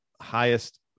highest